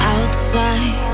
Outside